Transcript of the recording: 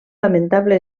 lamentable